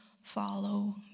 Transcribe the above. follow